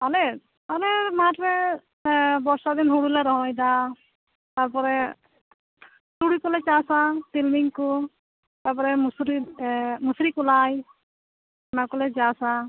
ᱟᱞᱮ ᱟᱞᱮ ᱢᱟᱴᱷ ᱨᱮ ᱵᱚᱨᱥᱟ ᱫᱤᱱ ᱦᱩᱲᱩ ᱞᱮ ᱨᱚᱦᱚᱭᱮᱫᱟ ᱛᱟᱨᱯᱚᱨᱮ ᱛᱩᱲᱤ ᱠᱚᱞᱮ ᱪᱟᱥ ᱟ ᱛᱤᱞᱢᱤᱧ ᱠᱚ ᱛᱟᱨᱯᱚᱨ ᱢᱟᱹᱥᱨᱤ ᱢᱟᱹᱥᱨᱤ ᱠᱚᱞᱟᱭ ᱚᱱᱟ ᱠᱚᱞᱮ ᱪᱟᱥᱟ